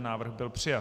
Návrh byl přijat.